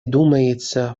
думается